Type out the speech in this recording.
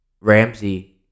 Ramsey